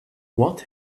what